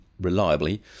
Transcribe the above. reliably